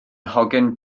hogyn